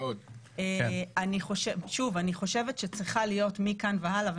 אני חושבת שצריכה להיות מכאן והלאה,